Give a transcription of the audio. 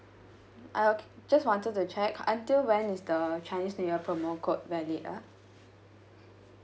I oh just wanted to check until when is the chinese new year promo code valid ah